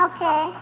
Okay